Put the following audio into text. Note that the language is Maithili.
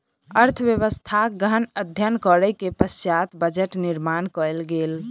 अर्थव्यवस्थाक गहन अध्ययन करै के पश्चात बजट निर्माण कयल गेल